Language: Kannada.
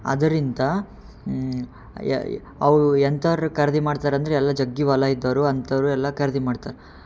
ಅದರಿಂದ ಅವು ಎಂತಾದರೂ ಖರೀದಿ ಮಾಡ್ತಾರೆ ಅಂದರೆ ಎಲ್ಲ ಜಗ್ಗಿ ಹೊಲ ಇದ್ದೋರು ಅಂಥವರು ಎಲ್ಲ ಖರೀದಿ ಮಾಡ್ತಾರೆ